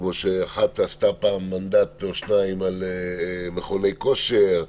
אחת עשתה פעם מנדט או שניים על מכוני כושר.